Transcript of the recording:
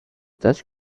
dutch